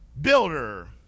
builder